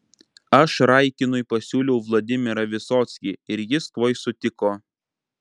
aš raikinui pasiūliau vladimirą visockį ir jis tuoj sutiko